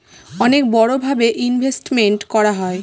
অনেক বড়ো ভাবে ইনভেস্টমেন্ট করা হয়